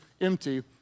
empty